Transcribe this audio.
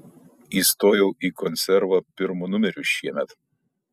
įstojau į konservą pirmu numeriu šiemet